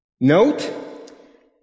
Note